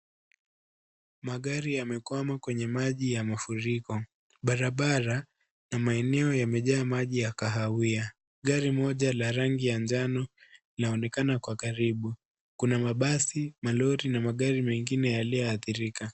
Magari yamekwama kwenye maji ya mafuriko, barabara na maeneo yamejaa maji ya kahawia, gari moja la rangi ya njano laonekana kwa karibu, kuna mabasi, malori na magari mengine yaliyoathirika.